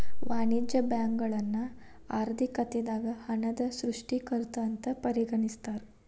ವಾಣಿಜ್ಯ ಬ್ಯಾಂಕುಗಳನ್ನ ಆರ್ಥಿಕತೆದಾಗ ಹಣದ ಸೃಷ್ಟಿಕರ್ತ ಅಂತ ಪರಿಗಣಿಸ್ತಾರ